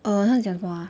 uh 他讲什么啊